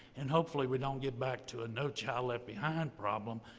and hopefully, we don't get back to a no child left behind problem,